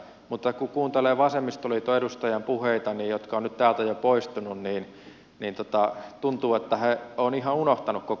mutta kun kuuntelee vasemmistoliiton edustajien puheita jotka ovat täältä nyt jo poistuneet niin tuntuu että he ovat ihan unohtaneet koko sopimuksen